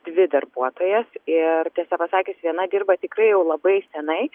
dvi darbuotojas ir tiesą pasakius viena dirba tikrai jau labai senai